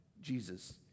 Jesus